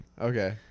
Okay